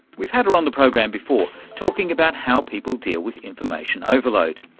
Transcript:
we've had her on the program before talking about how people deal with information overload.